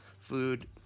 food